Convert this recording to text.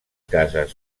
cases